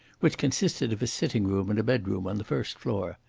which consisted of a sitting-room and a bedroom on the first floor.